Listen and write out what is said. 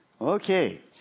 okay